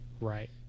Right